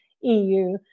EU